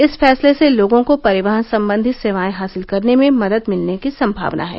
इस फैसले से लोगों को परिवहन सम्बंधी सेवाएं हासिल करने में मदद मिलने की सम्भावना है